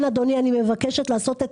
אני מבקשת,